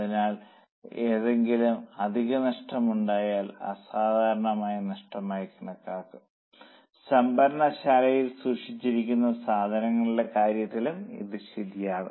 അതിനാൽ ഏതെങ്കിലും അധിക നഷ്ടം ഉണ്ടായാൽ അസാധാരണമായ നഷ്ടമായി കണക്കാക്കും സംഭരണശാലയിൽ സൂക്ഷിച്ചിരിക്കുന്ന സാധനങ്ങളുടെ കാര്യത്തിലും ഇത് ശരിയാണ്